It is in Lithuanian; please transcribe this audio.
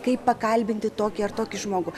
kaip pakalbinti tokį ar tokį žmogų